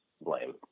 blame